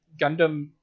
Gundam